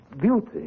beauty